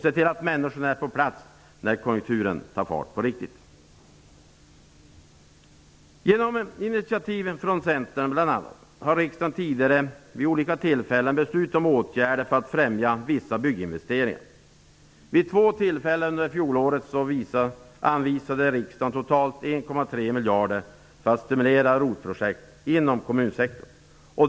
Se till att människorna är på plats när konjunkturen tar fart på riktigt! Genom initiativ från bl.a. Centern har riksdagen tidigare vid olika tillfällen beslutat om åtgärder för att främja vissa bygginvesteringar. Vid två tillfällen under fjolåret anvisade riksdagen totalt 1,3 miljarder kronor för att stimulera ROT-projekt inom kommunsektorn.